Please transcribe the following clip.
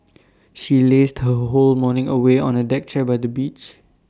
she lazed her whole morning away on A deck chair by the beach